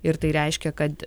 ir tai reiškia kad